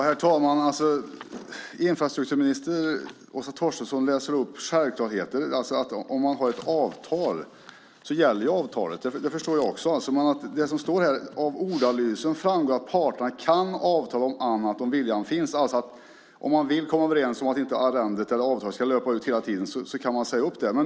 Herr talman! Infrastrukturminister Åsa Torstensson läser upp självklarheter. Om man har ett avtal så gäller avtalet. Det förstår jag också. Men av ordalydelsen i det som står här framgår att parterna kan avtala om annat - om viljan finns. Om man vill komma överens om att arrendet eller avtalet inte ska löpa hela tiden kan man alltså säga upp det.